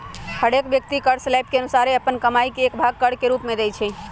हरेक व्यक्ति कर स्लैब के अनुसारे अप्पन कमाइ के एक भाग कर के रूप में देँइ छै